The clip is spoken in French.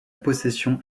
possession